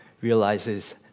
realizes